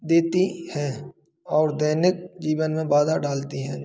देती हैं और दैनिक जीवन में बाधा डालती हैं